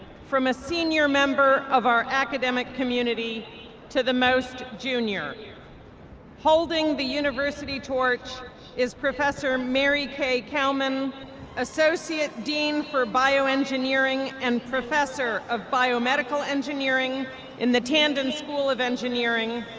from a senior member of our academic community to the most junior. holding the university torch is professor mary k. cowman associate dean for bioengineering and professor of biomedical engineering in the tandon school of engineering,